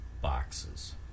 boxes